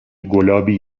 گلابی